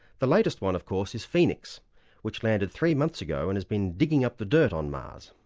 the latest one of course is phoenix which landed three months ago and has been digging up the dirt on mars,